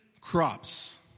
crops